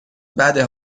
بده